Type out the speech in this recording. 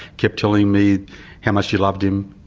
kept telling me how much she loved him,